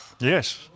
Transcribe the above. Yes